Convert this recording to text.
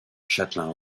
châtelain